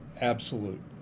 absolute